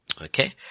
Okay